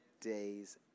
days